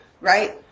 right